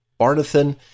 Barnathan